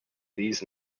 these